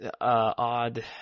odd